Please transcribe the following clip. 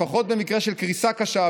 לפחות במקרה של קריסה קשה,